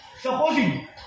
Supposing